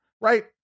Right